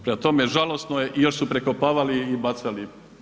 Prema tome žalosno je i još su prekopavali i bacali.